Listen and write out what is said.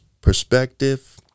perspective